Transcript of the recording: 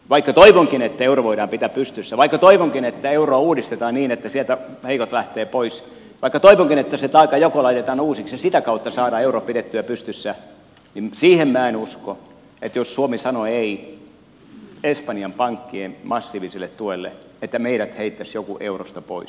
vaikka toivonkin että euro voidaan pitää pystyssä vaikka toivonkin että euroa uudistetaan niin että sieltä heikot lähtevät pois vaikka toivonkin että se taakanjako laitetaan uusiksi ja sitä kautta saadaan euro pidettyä pystyssä niin siihen minä en usko että jos suomi sanoo ei espanjan pankkien massiiviselle tuelle niin meidät heittäisi joku eurosta pois